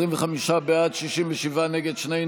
53 ו-54 הוסרו.